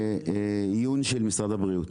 בעיון של משרד הבריאות.